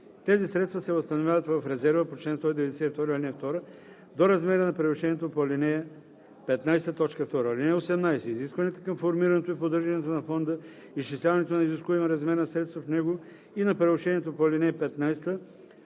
тези средства се възстановяват в резерва по чл. 192, ал. 2 до размера на превишението по ал. 15, т. 2. (18) Изискванията към формирането и поддържането на фонда, изчисляването на изискуемия размер на средствата в него и на превишението по ал. 15,